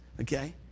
okay